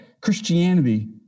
Christianity